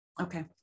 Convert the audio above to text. Okay